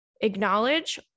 acknowledge